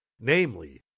namely